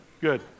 good